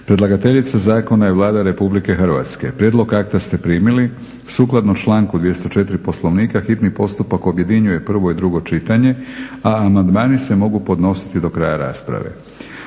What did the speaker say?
Predlagateljica zakona je Vlada RH. Prijedlog akta ste primili. Sukladno članku 204. Poslovnika, hitni postupak objedinjuje prvo i drugo čitanje, a amandmani se mogu podnositi do kraja rasprave.